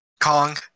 Kong